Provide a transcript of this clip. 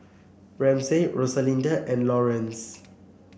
Ramsey Rosalinda and Lawerence